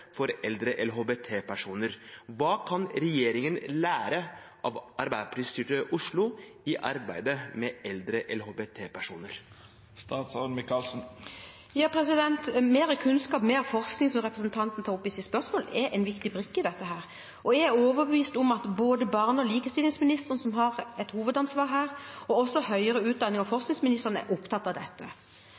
for eldre LHBT-personer. Hva kan regjeringen lære av Arbeiderparti-styrte Oslo i arbeidet med eldre LHBT-personer? Mer kunnskap, mer forskning, som representanten tar opp i sitt spørsmål, er en viktig brikke i dette. Jeg er overbevist om at både barne- og likestillingsministeren, som har et hovedansvar her, og også forsknings- og høyere utdanningsministeren er opptatt av dette.